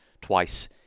twice